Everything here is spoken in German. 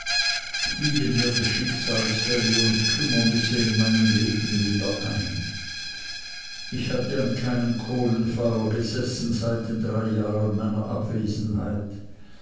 fielen mir die schicksalsfälle und kümmernisse in meinem leben wieder ein ich hatte an keinem kohlenfeuer gesessen seit den drei jahren meiner abwesenheit